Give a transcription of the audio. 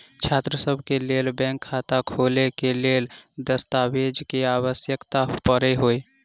छात्रसभ केँ लेल बैंक खाता खोले केँ लेल केँ दस्तावेज केँ आवश्यकता पड़े हय?